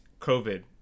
COVID